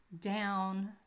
down